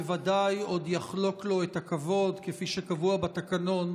בוודאי עוד יחלוק לו את הכבוד כפי שקבוע בתקנון,